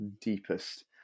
deepest